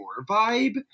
vibe